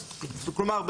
כלומר,